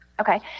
okay